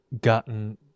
gotten